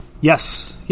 Yes